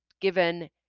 given